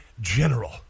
General